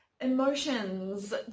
emotions